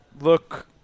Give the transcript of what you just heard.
look